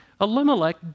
Elimelech